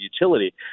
utility